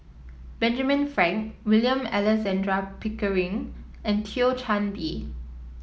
Benjamin Frank William Alexander Pickering and Thio Chan Bee